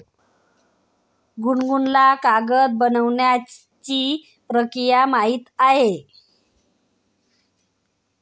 गुनगुनला कागद बनवण्याची प्रक्रिया माहीत आहे